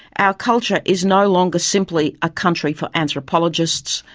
our culture is no longer simply a country for anthropologists,